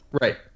Right